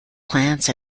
plants